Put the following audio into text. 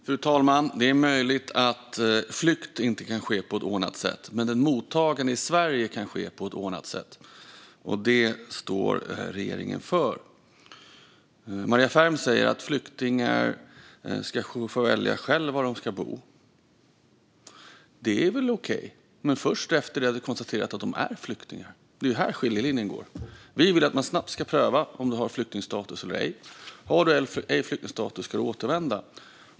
Fru talman! Det är möjligt att flykt inte kan ske på ett ordnat sätt. Men ett mottagande i Sverige kan ske på ett ordnat sätt. Det står regeringen för. Maria Ferm säger att flyktingar ska få välja själva var de ska bo. Det är väl okej, men först efter att det har konstaterats att de är flyktingar. Det är här skiljelinjen går. Vi vill att det snabbt ska prövas om de har flyktingstatus eller ej. Om de inte har flyktingstatus ska de återvända.